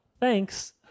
Thanks